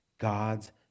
God's